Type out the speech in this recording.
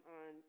on